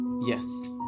yes